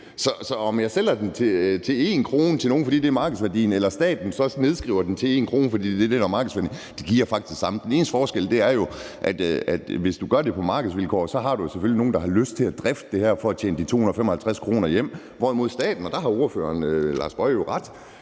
Så om jeg sælger det til 1 kr. til nogen, fordi det er markedsværdien, eller staten så nedskriver det til 1 kr., fordi det er det, der er markedsværdien, giver det faktisk det samme. Den eneste forskel er jo, at hvis du gør det på markedsvilkår, har du jo selvfølgelig nogle, der har lyst til at drifte det her for at tjene de 255 kr. hjem, hvorimod hvis det er staten, så har hr. Lars